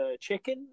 chicken